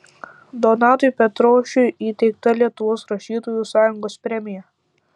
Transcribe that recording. donatui petrošiui įteikta lietuvos rašytojų sąjungos premija